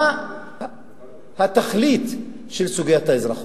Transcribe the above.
מה התכלית של סוגיית האזרחות?